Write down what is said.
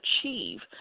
achieve